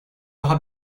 daha